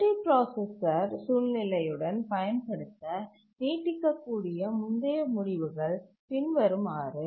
multiprocessor சூழ்நிலையுடன் பயன்படுத்த நீட்டிக்கக்கூடிய முந்தைய முடிவுகள் பின்வருமாறு